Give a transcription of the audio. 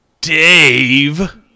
Dave